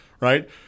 Right